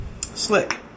Slick